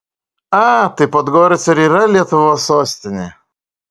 a tai podgorica ir yra lietuvos sostinė